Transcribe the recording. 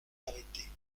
arrêter